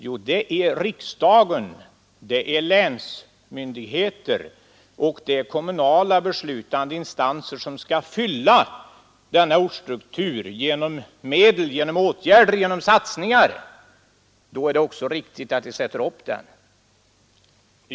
Jo, det är riksdagen, länsmyndigheter och de kommunala beslutande instanser som skall fylla denna ortsstruktur genom medel, genom åtgärder, genom satsningar. Då är det också riktigt att de sätter upp den.